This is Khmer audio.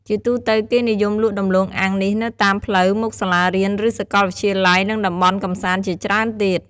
ជាទូទៅ គេនិយមលក់ដំំឡូងអាំងនេះនៅតាមផ្លូវ មុខសាលារៀន ឬសកលវិទ្យាល័យ និងតំបន់កំសាន្តជាច្រើនទៀត ។